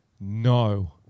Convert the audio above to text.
No